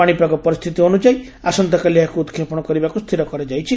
ପାଣିପାଗ ପରିସ୍ଥିତି ଅନୁଯାୟୀ ଆସନ୍ତାକାଲି ଏହାକୁ ଉତକ୍ଷେପଣ କରିବାକୁ ସ୍ଥିର କରାଯାଇଛି